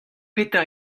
petra